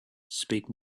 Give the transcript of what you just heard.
speak